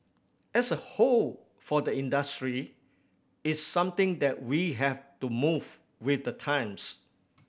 as a whole for the industry it's something that we have to move with the times